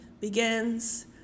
begins